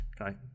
okay